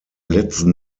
letzten